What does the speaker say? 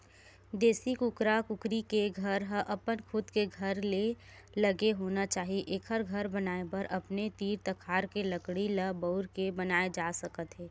देसी कुकरा कुकरी के घर ह अपन खुद के घर ले लगे होना चाही एखर घर बनाए बर अपने तीर तखार के लकड़ी ल बउर के बनाए जा सकत हे